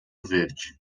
verde